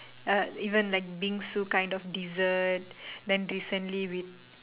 uh even like Bingsu kind of dessert then recently we